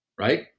right